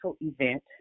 event